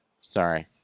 Sorry